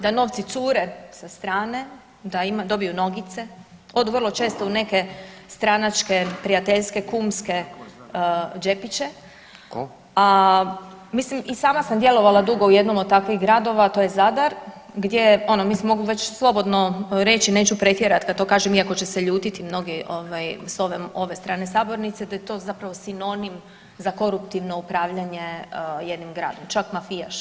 Da novci cure sa strane, dobiju nogice, od vrlo često u neke stranačke, prijateljske, kumske džepiće, a mislim, i sama sam djelovala dugo u jednom od takvih gradova, to je Zadar, gdje ono, mislim, mogu već slobodno reći, neću pretjerati kad to kažem, iako će se ljutiti mnogi s ove strane Sabornice, da je to zapravo sinonim za koruptivno upravljanje jednim gradom, čak mafijaški.